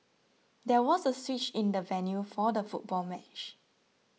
there was a switch in the venue for the football match